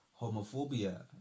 homophobia